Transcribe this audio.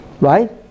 right